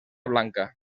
blanca